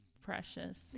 precious